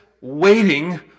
waiting